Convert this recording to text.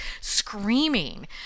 screaming